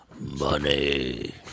Money